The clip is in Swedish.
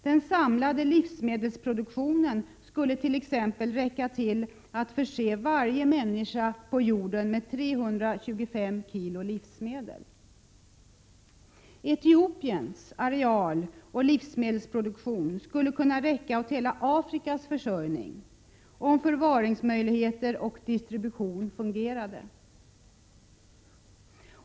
Den samlade livsmedelsproduktionen skulle t.ex. räcka till att förse varje människa på jorden med 325 kg livsmedel per år. Etiopiens areal och livsmedelsproduktion skulle kunna räcka åt hela Afrikas försörjning, om förvaringsmöjligheter och distribution fungerade.